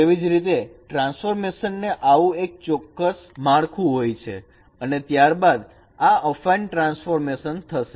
તેવી જ રીતે ટ્રાન્સફોર્મેશન ને આવું એક ચોક્કસ માડખુ હોય છે અને ત્યારબાદ આ અફાઈન ટ્રાન્સફોર્મેશન થશે